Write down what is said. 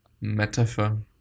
metaphor